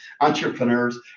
entrepreneurs